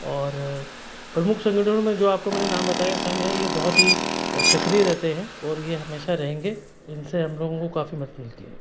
और प्रमुख संगठनों में जो आपको मैंने नाम बताएँ संघ हैं ये बहुत ही सक्रिय रहते हैं और ये हमेशा रहेंगे इनसे हम लोगों को काफ़ी मदद मिलती है